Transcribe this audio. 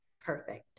perfect